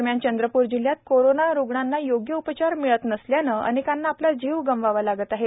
दरम्यान चंद्रप्र जिल्ह्यात कोरणा रुग्णांना योग्य उपचार मिळत नसल्याने अनेकांना आपला जीव गमवावा लागत आहेत